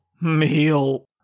meal